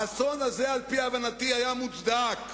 האסון הזה, על-פי הבנתי, היה מוצדק,